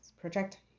project